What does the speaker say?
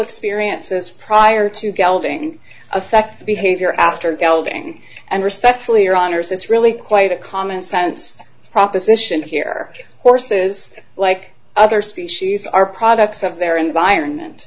experiences prior to galloping affect behavior after galloping and respectfully are honors it's really quite a commonsense proposition here horses like other species are products of their environment